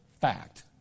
fact